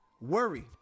Worry